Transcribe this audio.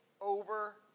over